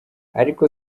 ariko